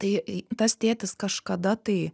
tai tas tėtis kažkada tai